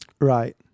Right